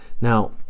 now